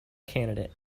candidate